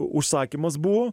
užsakymas buvo